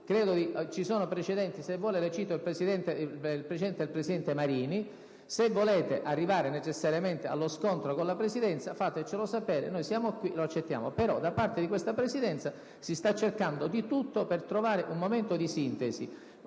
Ci sono dei precedenti. Se vuole, le cito un precedente del presidente Marini. Se volete arrivare necessariamente allo scontro con la Presidenza fatecelo sapere, noi siamo qui e lo accettiamo, però da parte di questa Presidenza si sta cercando di tutto per trovare un momento di sintesi.